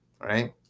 right